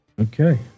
Okay